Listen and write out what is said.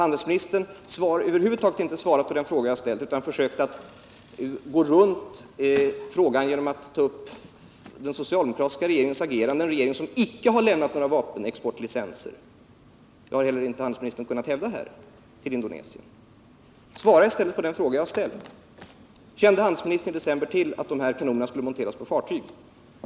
Handelsministern har över huvud taget inte svarat på den fråga som jag ställt utan försökt gå runt den genom att ta upp den socialdemokratiska regeringens agerande, en regering som icke har lämnat några licenser för vapenexport till Indonesien. Att den gjort det har handelsministern inte heller kunnat hävda här. Svara på den fråga jag framställt! Kände handelsministern i december 1978 tillatt kanonerna skulle monteras på fartyg?